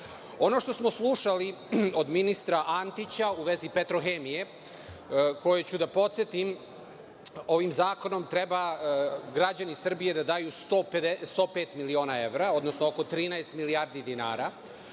što smo slušali od ministra Antića u vezi „Petrohemije“, koje ću da podsetim, ovim zakonom treba građani Srbije da daju 105 miliona evra, odnosno oko 13 milijardi dinara